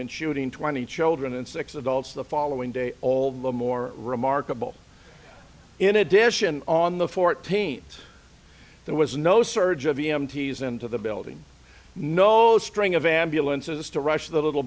in shooting twenty children and six adults the following day all the more remarkable in addition on the fourteenth there was no surge of empties into the building no a string of ambulances to rush the little